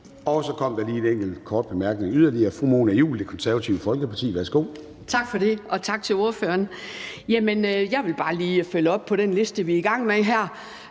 Så kom der lige en enkelt kort bemærkning yderligere. Den er fra fru Mona Juul, Det Konservative Folkeparti. Værsgo. Kl. 14:31 Mona Juul (KF): Tak for det. Og tak til ordføreren. Jeg vil bare lige følge op på den liste, vi er i gang med her,